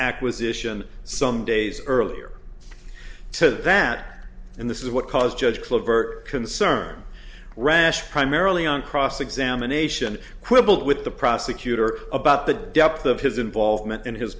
acquisition some days earlier so that and this is what caused judge clover concern rash primarily on cross examination quibble with the prosecutor about the depth of his involvement in his